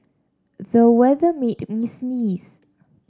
the weather made me sneeze